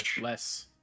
less